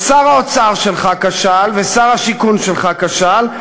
אז שר האוצר שלך כשל ושר השיכון שלך כשל,